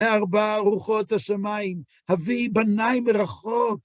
ארבע רוחות השמיים, הביא בניי מרחוק.